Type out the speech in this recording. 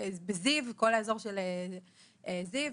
כל האזור של זיו.